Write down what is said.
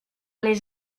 les